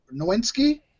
Nowinski